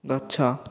ଗଛ